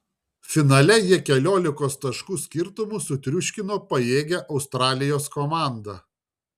finale jie keliolikos taškų skirtumu sutriuškino pajėgią australijos komandą